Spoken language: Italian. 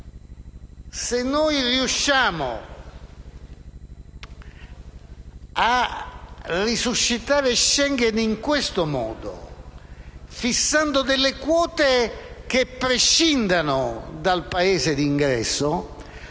Se poi riusciamo a risuscitare Schengen in questo modo, fissando delle quote che prescindano dal Paese di ingresso,